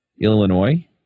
Illinois